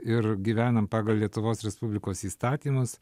ir gyvenam pagal lietuvos respublikos įstatymus